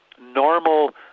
normal